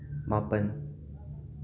ꯃꯥꯄꯜ